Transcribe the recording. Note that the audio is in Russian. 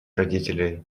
родителей